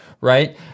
Right